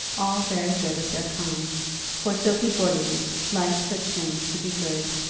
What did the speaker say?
all very good of their kind for sophie gordeloup liked such things to be good,